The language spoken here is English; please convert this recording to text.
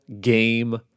game